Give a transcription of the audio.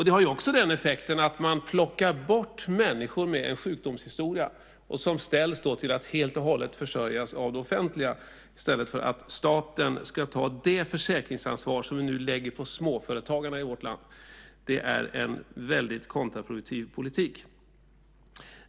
Det har effekten att man plockar bort människor med en sjukdomshistoria, som då ställs att helt och hållet försörjas av det offentliga, i stället för att staten ska ta det försäkringsansvar som nu läggs på småföretagarna i vårt land. Det är en kontraproduktiv politik.